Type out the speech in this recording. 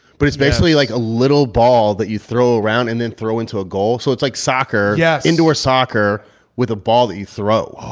but it's basically like a little ball that you throw around and then throw into a goal. so it's like soccer. yeah, indoor soccer with a ball you throw,